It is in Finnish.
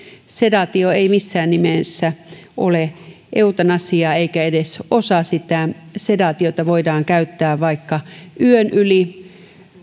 sedaatio ei missään nimessä ole eutanasia eikä edes osa sitä sedaatiota voidaan käyttää vaikka yön yli